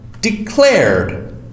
declared